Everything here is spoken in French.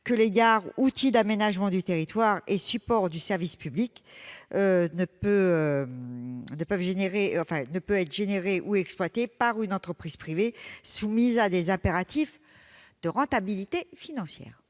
que les gares, outils d'aménagement du territoire et supports du service public, puissent être gérées ou exploitées par une entreprise privée, soumise à des impératifs de rentabilité financière.